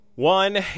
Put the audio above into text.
One